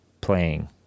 playing